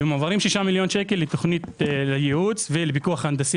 ומועברים 6 מיליון שקלים לתוכנית לייעוץ ולפיקוח הנדסי